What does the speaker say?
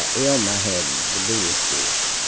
ah elmer had the billy stick,